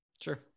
Sure